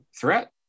threat